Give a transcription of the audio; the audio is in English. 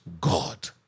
God